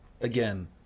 Again